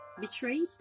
betrayed